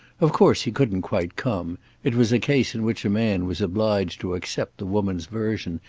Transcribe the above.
of course he couldn't quite come it was a case in which a man was obliged to accept the woman's version,